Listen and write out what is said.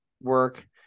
work